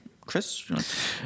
Chris